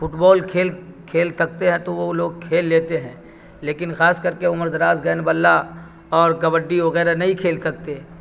football کھیل کھیل تکتے ہیں تو وہ لوگ کھیل لیتے ہیں لیکن خاص کر کے عمر دراز گین بلہ اور کبڈی وغیرہ نہیں کھیل سکتے